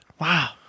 Wow